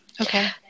Okay